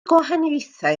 gwahaniaethau